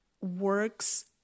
works